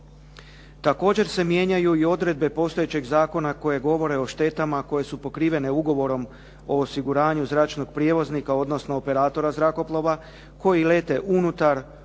Također se mijenjaju i odredbe postojećeg zakona koje govore o štetama koje su pokrivene ugovorom o osiguranju zračnog prijevoznika, odnosno operatora zrakoplova koji lete unutar, u,